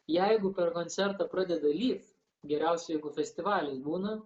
jeigu per koncertą pradeda lyt geriausia jeigu festivalis būna